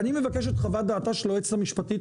אני מבקש את חוות דעתה של היועצת המשפטית